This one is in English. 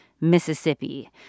Mississippi